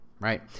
right